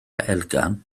elgan